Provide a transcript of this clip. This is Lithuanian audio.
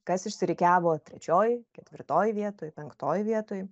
kas išsirikiavo trečioj ketvirtoj vietoj penktoj vietoj